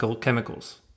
chemicals